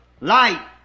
light